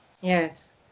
Yes